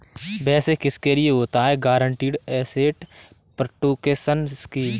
वैसे किसके लिए होता है गारंटीड एसेट प्रोटेक्शन स्कीम?